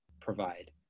provide